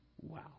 Wow